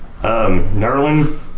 Nerlin